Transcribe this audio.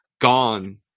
gone